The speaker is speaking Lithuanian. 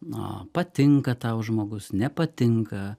na patinka tau žmogus nepatinka